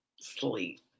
Sleep